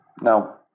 Now